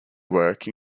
work